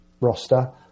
roster